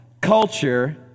Culture